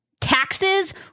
Taxes